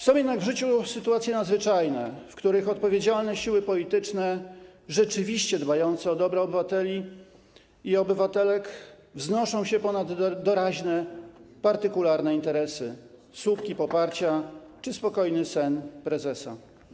Są jednak w życiu sytuacje nadzwyczajne, w których odpowiedzialne siły polityczne, rzeczywiście dbające o dobro obywateli i obywatelek wznoszą się ponad doraźne, partykularne interesy, słupki poparcia czy spokojny sen prezesa.